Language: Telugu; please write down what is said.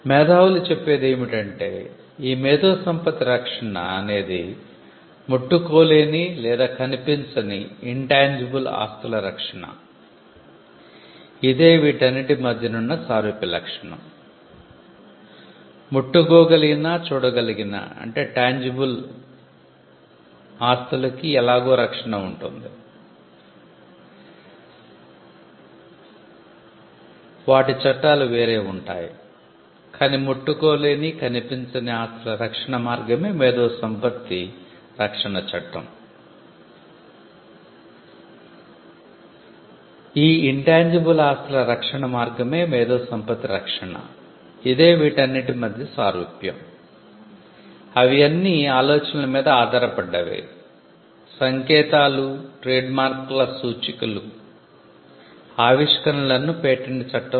ఇప్పుడు మేధావులు చెప్పేది ఏమిటంటే 'ఈ మేధో సంపత్తి రక్షణ' అనేది ముట్టుకోలేనికనిపించని ఆస్తుల రక్షణ మార్గమే మేధో సంపత్తి రక్షణ చట్టం